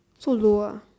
so low ah